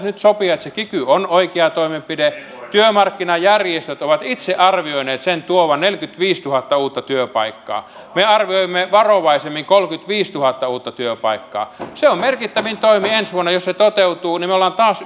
nyt sopia että se kiky on oikea toimenpide työmarkkinajärjestöt ovat itse arvioineet sen tuovan neljäkymmentäviisituhatta uutta työpaikkaa me arvioimme varovaisemmin kolmekymmentäviisituhatta uutta työpaikkaa se on merkittävin toimi ensi vuonna jos se toteutuu niin me olemme taas